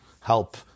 help